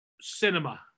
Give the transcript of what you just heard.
cinema